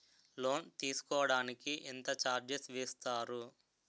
Loan తీసుకోడానికి ఎంత charges వేస్తారు?